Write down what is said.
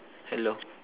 hello